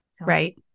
Right